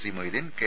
C Moideen K